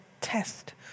test